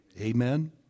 Amen